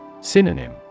Synonym